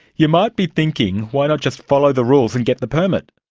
you might be thinking why not just follow the rules and get the permit?